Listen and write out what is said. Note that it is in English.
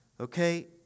Okay